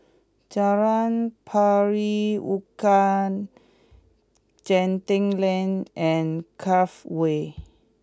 Jalan Pari Unak Genting Lane and Cove Way